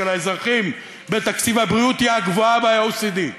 של האזרחים בתקציב הבריאות היא הגבוהה ב-OECD.